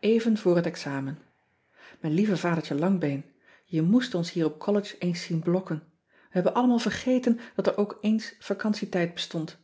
ean ebster adertje angbeen ven voor het examen ijn lieve adertje angbeen e moest ons hier op ollege eens zien blokken ij hebben allemaal vergeten dat er ook eens een vacantietijd bestond